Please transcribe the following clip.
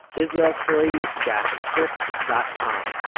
israelstory dash trip dot com,